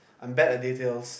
I'm bad at details